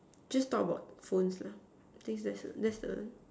just talk about phones lah thinks that the that the